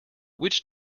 which